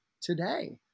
today